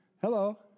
Hello